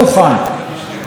אבל ראש הממשלה,